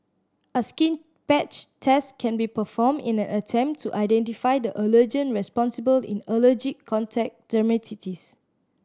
a skin patch test can be performed in an attempt to identify the allergen responsible in allergic contact dermatitis